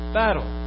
battle